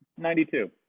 92